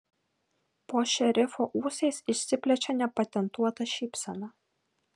po šerifo ūsais išsiplečia nepatentuota šypsena